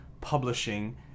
publishing